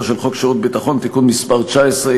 של חוק שירות ביטחון (תיקון מס' 19),